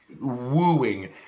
wooing